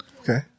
Okay